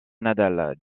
nadal